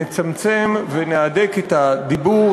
נצמצם ונהדק את הדיבור,